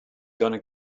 gonna